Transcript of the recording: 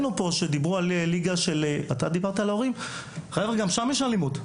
קודם דיברו על ליגת הילדים וגם שם יש אלימות.